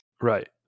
Right